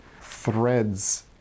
threads